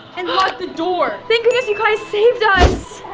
and locked the door. thank goodness you guys saved us!